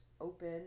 open